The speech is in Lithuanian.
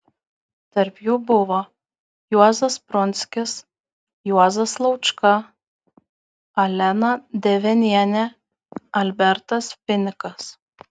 tarp jų buvo juozas prunskis juozas laučka alena devenienė albertas vinikas